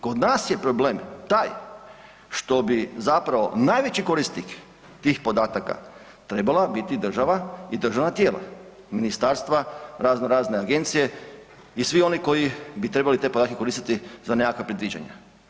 Kod nas je problem taj što bi zapravo najveći korisnik tih podataka trebala biti država i državna tijela, ministarstva, raznorazne agencije i svi oni koji bi trebali te podatke koristiti za nekakva predviđanja.